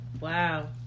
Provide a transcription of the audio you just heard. Wow